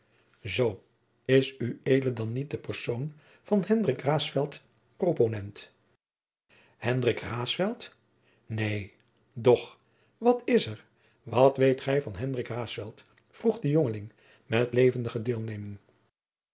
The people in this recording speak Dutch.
zoo is ued dan niet de persoon van hendrik raesfelt proponent hendrik raesfelt neen doch wat is er wat weet gij van hendrik raesfelt vroeg de jongeling met levendige deelneming